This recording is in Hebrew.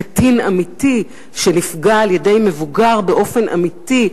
קטין אמיתי שנפגע על-ידי מבוגר באופן אמיתי,